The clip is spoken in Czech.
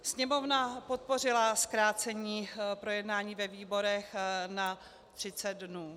Sněmovna podpořila zkrácení projednání ve výborech na 30 dnů.